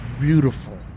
beautiful